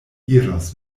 iros